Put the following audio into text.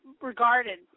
regarded